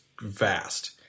vast